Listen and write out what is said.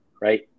right